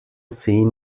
seen